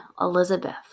Elizabeth